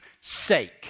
sake